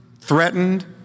threatened